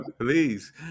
Please